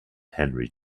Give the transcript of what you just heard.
henry